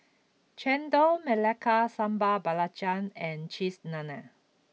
Chendol Melaka Sambal Belacan and Cheese Naan